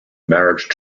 marriage